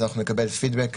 אז נקבל פידבק,